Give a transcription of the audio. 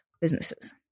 businesses